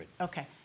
Okay